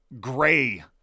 gray